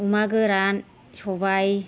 अमा गोरान सबाय